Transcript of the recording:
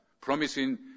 promising